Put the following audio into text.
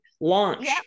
launch